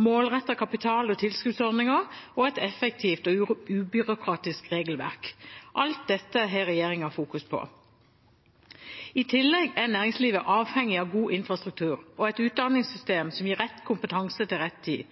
målrettet kapital og målrettede tilskuddsordninger og et effektivt og ubyråkratisk regelverk. Alt dette fokuserer regjeringen på. I tillegg er næringslivet avhengig av god infrastruktur og et utdanningssystem som gir rett kompetanse til rett tid.